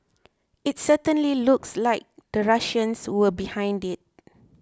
it certainly looks like the Russians were behind it